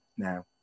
now